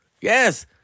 Yes